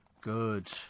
Good